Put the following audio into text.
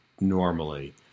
normally